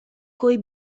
coi